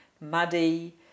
muddy